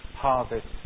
harvest